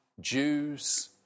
Jews